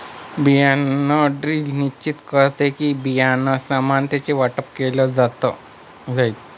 बियाण ड्रिल निश्चित करते कि, बियाणं समानतेने वाटप केलं जाईल